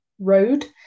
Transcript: Road